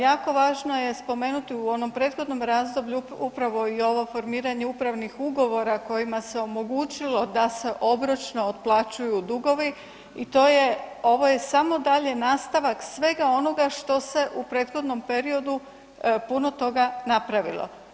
Jako važno je spomenuti u onom prethodnom razdoblju upravo i ovo formiranje upravnih ugovora kojima se omogućilo da se obročno otplaćuju dugovi i to je, ovo je samo dalje nastavak svega onoga što se u prethodnom periodu puno toga napravilo.